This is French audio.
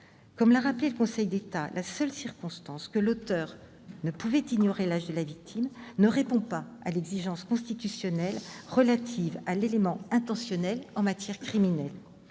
Comme l'a rappelé le Conseil d'État, la seule circonstance que l'auteur « ne pouvait ignorer l'âge de la victime » ne répond pas à l'exigence constitutionnelle relative à l'élément intentionnel en matière criminelle.